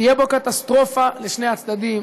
תהיה בו קטסטרופה לשני הצדדים,